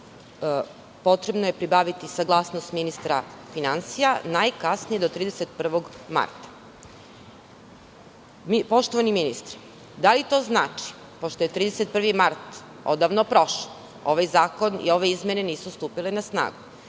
potrebno pribaviti saglasnost ministra finansija, najkasnije do 31. marta. Poštovani ministre, da li to znači, pošto je 31. mart odavno prošao, ovaj zakon i ove izmene nisu stupile na snagu,